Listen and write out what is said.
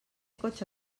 cotxe